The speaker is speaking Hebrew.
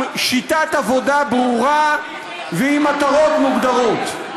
עם שיטת עבודה ברורה ועם מטרות מוגדרות.